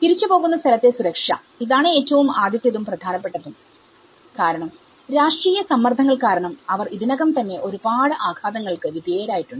തിരിച്ചു പോകുന്ന സ്ഥലത്തെ സുരക്ഷ ഇതാണ് ഏറ്റവും ആദ്യത്തേതും പ്രധാനപ്പെട്ടതും കാരണം രാഷ്ട്രീയ സമ്മർദ്ദങ്ങൾ കാരണം അവർ ഇതിനകം തന്നെ ഒരുപാട് ആഘാതങ്ങൾക്ക് വിധേയരായിട്ടുണ്ട്